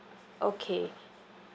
okay